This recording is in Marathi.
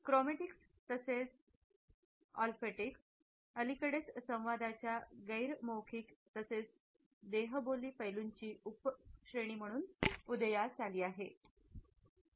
क्रोमेटिक्स तसेच ऑफॅक्टिक्स अलीकडेच संवादाच्या गैर मौखिक पैलूंची उपश्रेणी म्हणून उदयास आली आहेत